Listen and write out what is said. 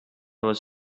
was